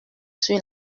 sur